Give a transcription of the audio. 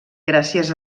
gràcies